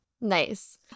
Nice